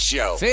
Show